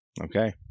Okay